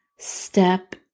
Step